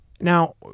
Now